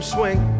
Swing